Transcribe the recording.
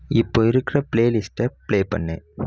இப்போ இருக்கிற ப்ளே லிஸ்ட்டை ப்ளே பண்ணு